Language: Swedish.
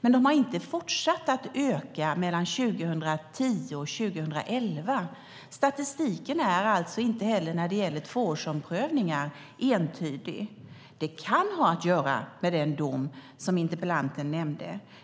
Dock har de inte fortsatt att öka mellan år 2010 och år 2011. Statistiken är alltså inte heller när det gäller tvåårsomprövningar entydig. Det kan ha att göra med den dom som interpellanten nämner.